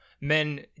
men